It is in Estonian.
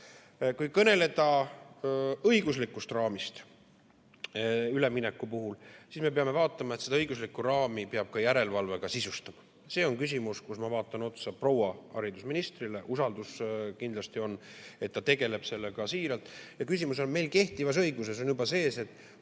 Kui kõneleda õiguslikust raamist ülemineku puhul, siis me peame vaatama, et seda õiguslikku raami peab ka järelevalvega sisustama. See on küsimus, mille puhul ma vaatan otsa proua haridusministrile. On kindlasti olemas usaldus, et ta tegeleb sellega siiralt. Küsimus on, et meil kehtivas õiguses on juba sees, et